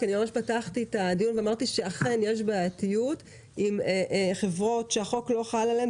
כי פתחתי את הדיון ואמרתי שאכן יש בעייתיות עם חברות שהחוק לא חל עליהן.